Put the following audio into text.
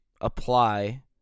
apply